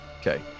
Okay